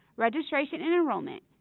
registration and enrollment,